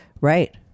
Right